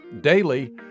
Daily